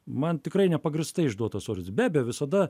man tikrai nepagrįstai išduotas orderis be abejo visada